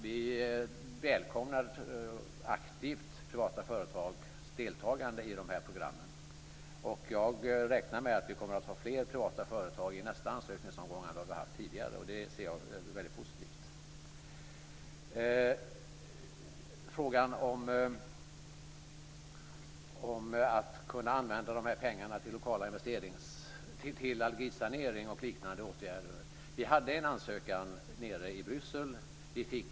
Vi välkomnar aktivt privata företags deltagande i de här programmen. Jag räknar med att vi kommer att ha fler privata företag i nästa ansökningsomgång än vad vi har haft tidigare, och det ser jag som väldigt positivt. Så kommer jag till frågan om att kunna använda de här pengarna till allergisanering och liknande åtgärder. Vi hade en ansökan nere i Bryssel.